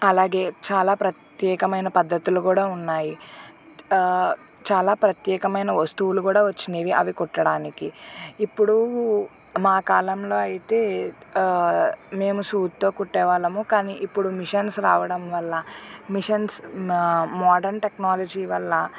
అలాగే చాలా ప్రత్యేకమైన పద్ధతులు కూడా ఉన్నాయి చాలా ప్రత్యేకమైన వస్తువులు కూడా వచ్చినవి అవి కుట్టడానికి ఇప్పుడు మా కాలంలో అయితే ఆ మేము సూదితో కుట్టే వాళ్ళము కానీ ఇప్పుడు మిషన్స్ రావడం వల్ల మిషన్స్ మాడ్రన్ టెక్నాలజీ వల్ల